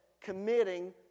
committing